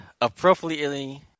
appropriately